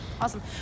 Awesome